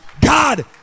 God